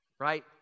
right